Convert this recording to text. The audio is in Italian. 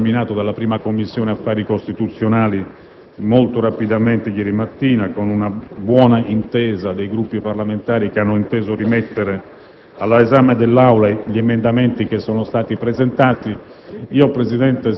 È stato esaminato dalla 1a Commissione, affari costituzionali, molto rapidamente ieri mattina, con una buona intesa fra i Gruppi parlamentari, che hanno deciso di rimettere all'esame dell'Aula gli emendamenti presentati.